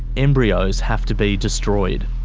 embryos have to be destroyed.